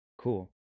cool